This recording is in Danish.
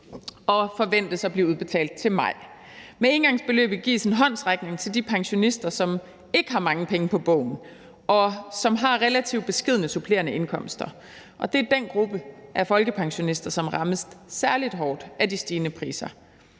og forventes at blive udbetalt til maj. Med engangsbeløbet gives en håndsrækning til de pensionister, som ikke har mange penge på bogen, og som har relativt beskedne supplerende indkomster. Og det er den gruppe af folkepensionister, som rammes særlig hårdt af de stigende priser.